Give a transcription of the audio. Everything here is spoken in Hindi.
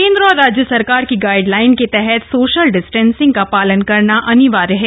केन्द्र और राज्य सरकार की गाइडलाइन के तहत सोशल डिस्टेंसिंग का पालन करना अनिवार्य है